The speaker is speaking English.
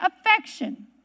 affection